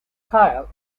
kyle